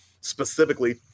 specifically